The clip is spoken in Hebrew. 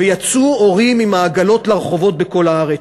ויצאו הורים עם העגלות לרחובות בכל הארץ.